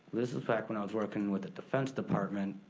this is back when i was workin' with the defense department.